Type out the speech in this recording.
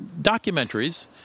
documentaries